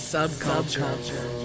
Subculture